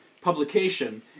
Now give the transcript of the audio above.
publication